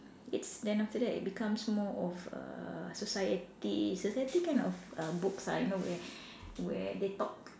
it's then after that it becomes more of err society society kind of uh books ah you know where where they talk